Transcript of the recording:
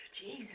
Jesus